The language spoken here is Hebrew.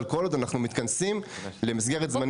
אבל כל עוד אנחנו מתכנסים למסגרת זמנים.